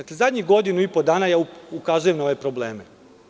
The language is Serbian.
Poslednjih godinu i po dana ja ukazujem na ove probleme.